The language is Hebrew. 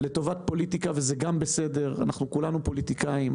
כולנו חושבים שצריך רפורמה.